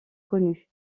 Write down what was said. connus